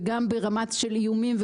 וגם ברמה של איומים,